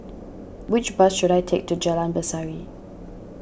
which bus should I take to Jalan Berseri